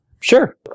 Sure